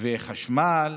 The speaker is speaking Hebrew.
חשמל